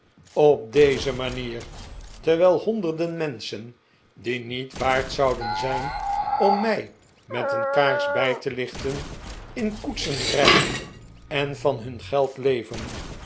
op deze manier terwijl honderden menschen die niet waard zouden zijn om mij met een kaars bij te lichten in koetsen rijden en van hun geld leven